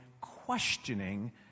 questioning